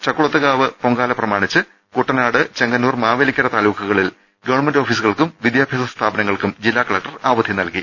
ചക്കുളത്ത്കാവ് പൊങ്കാല പ്രമാണിച്ച് കുട്ടനാട് ചെങ്ങന്നൂർ മാവേലിക്കര താലൂക്കുകളിൽ ഗവൺമെന്റ് ഓഫീസുകൾക്കും വിദ്യാഭ്യാസ സ്ഥാപനങ്ങൾക്കും ജില്ലാകലക്ടർ അവധി നൽകി